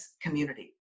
community